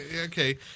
okay